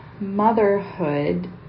motherhood